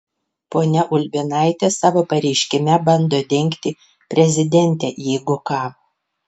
ponia ulbinaitė savo pareiškime bando dengti prezidentę jeigu ką